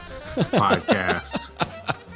podcasts